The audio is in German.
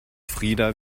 frida